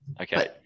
Okay